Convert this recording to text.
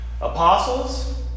Apostles